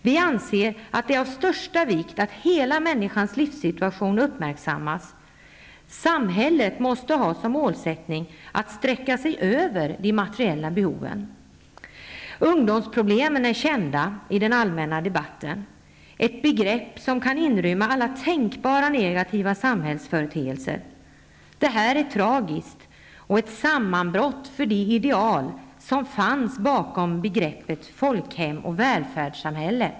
Vi anser att det är av största vikt att hela människans livssituation uppmärksammas. Samhället måste ha som målsättning att sträcka sig över de materiella behoven. Ungdomsproblemen är kända i den allmänna debatten. Det är ett begrepp som kan inrymma alla tänkbara negativa samhällsföreteelser. Detta är tragiskt och ett sammanbrott för de ideal som fanns bakom begreppet folkhem och välfärdssamhälle.